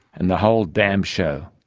and the whole damned show,